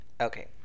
Okay